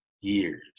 years